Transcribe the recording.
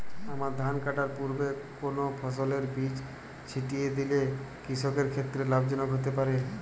আমন ধান কাটার পূর্বে কোন ফসলের বীজ ছিটিয়ে দিলে কৃষকের ক্ষেত্রে লাভজনক হতে পারে?